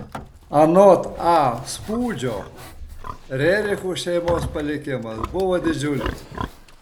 anot a spūdžio rerichų šeimos palikimas buvo didžiulis